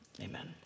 amen